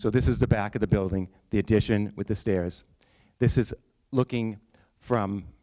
so this is the back of the building the addition with the stairs this is looking from